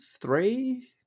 three